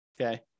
okay